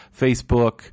Facebook